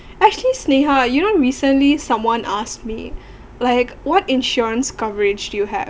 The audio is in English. actually sneeha you know recently someone ask me like what insurance coverage you have